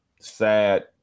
sad